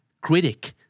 Critic